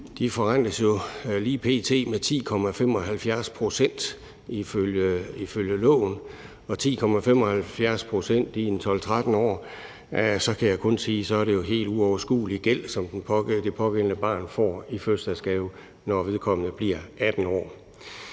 forrentes med 10,75 pct. ifølge loven, og ved 10,75 pct. i 12-13 år kan jeg kun sige, at det er en helt uoverskuelig gæld, som det pågældende barn får i fødselsdagsgave, når vedkommende bliver 18 år.